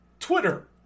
Twitter